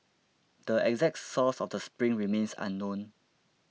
the exact source of the spring remains unknown